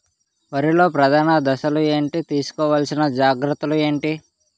వరిలో ప్రధాన దశలు ఏంటి? తీసుకోవాల్సిన జాగ్రత్తలు ఏంటి?